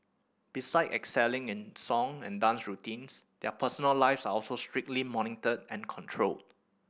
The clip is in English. besides excelling in song and dance routines their personal lives are also strictly monitored and controlled